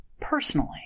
personally